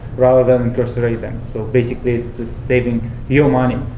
rather than incarcerate them. so basically it's saving your money.